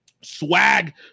swag